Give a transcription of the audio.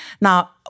Now